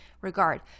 regard